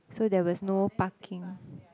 so there was no parking